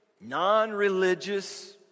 non-religious